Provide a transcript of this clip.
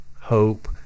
hope